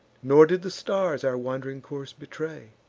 nor did the stars our wand'ring course betray.